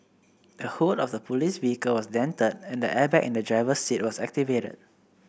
the hood of the police vehicle was dented and the airbag in the driver's seat was activated